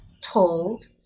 told